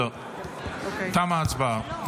תמה ההצבעה.